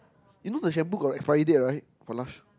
you know the shampoo got expiry date right for Lush